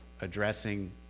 addressing